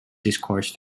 discourse